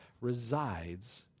resides